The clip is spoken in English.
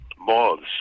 moths